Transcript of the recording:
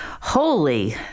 Holy